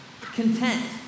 content